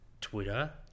Twitter